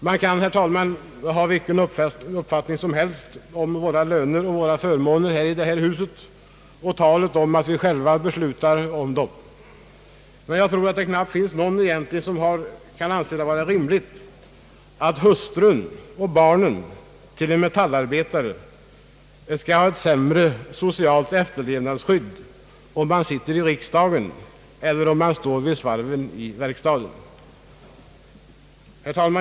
Man kan ha vilken uppfattning som helst om våra löner och förmåner i detta hus och talet om att vi själva beslutar om dem, men jag tror knappast det finns någon som kan anse det vara rimligt att hustrun och barnen till en metallarbetare skall ha ett sämre socialt efterlevandeskydd om maken sitter i riksdagen än om han står vid svarven i verkstaden.